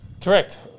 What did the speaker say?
Correct